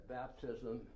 baptism